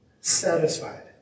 satisfied